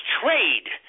trade